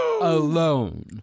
alone